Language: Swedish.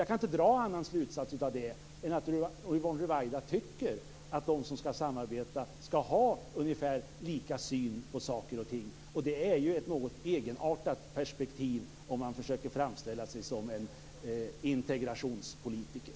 Jag kan inte dra någon annan slutsats av det än att Yvonne Ruwaida tycker att de som skall samarbeta skall ha ungefär samma syn på saker och ting. Det är ett något egenartat perspektiv om man försöker framställa sig som en integrationspolitiker.